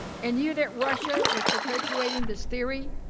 and knew that russia was perpetuating the theory.